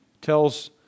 tells